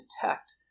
detect